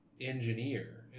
engineer